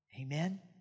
Amen